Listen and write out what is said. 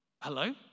Hello